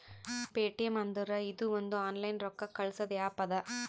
Paytm ಅಂದುರ್ ಇದು ಒಂದು ಆನ್ಲೈನ್ ರೊಕ್ಕಾ ಕಳ್ಸದು ಆ್ಯಪ್ ಅದಾ